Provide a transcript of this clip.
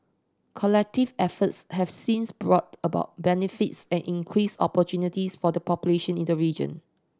collective efforts have since brought about benefits and increased opportunities for the population in the region